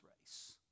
race